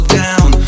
down